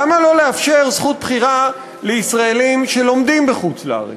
למה לא לאפשר זכות בחירה לישראלים שלומדים בחוץ-לארץ?